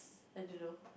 I don't know